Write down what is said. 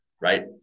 right